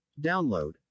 Download